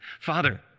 Father